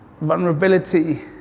vulnerability